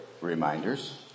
reminders